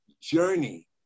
journey